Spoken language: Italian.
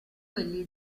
quelli